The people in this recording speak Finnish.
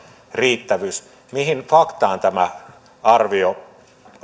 riittävyys mihin faktaan tämä arvio